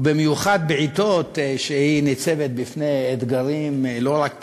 ובמיוחד בעתות שהיא ניצבת בפני אתגרים לא רק פנימיים,